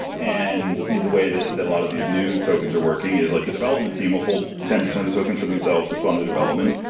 and the way that that a lot of these new tokens are working is like the development team will hold ten percent of the tokens for themselves to fund the development.